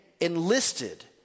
enlisted